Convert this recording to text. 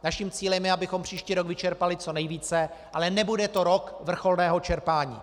Naším cílem je, abychom příští rok vyčerpali co nejvíce, ale nebude to rok vrcholného čerpání.